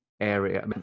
area